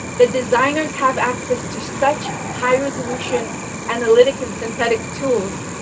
that designers have access to such high-resolution analytic and synthetic tools,